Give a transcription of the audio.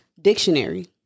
dictionary